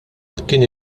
kien